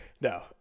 No